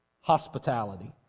hospitality